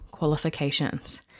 qualifications